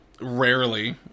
rarely